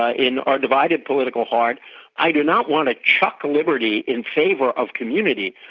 ah in our divided political heart i do not want to chuck liberty in favour of community.